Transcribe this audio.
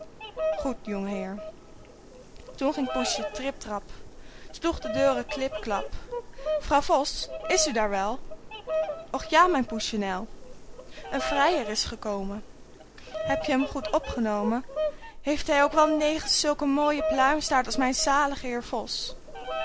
toen ging poesje trip trap sloeg de deuren klip klap vrouw vos is u daar wel och ja mijn poesjenel een vrijer is gekomen heb j'm goed opgenomen heeft hij ook wel negen zulke mooie pluimstaarten als mijn zalige heer vos